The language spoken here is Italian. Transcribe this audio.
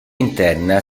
interna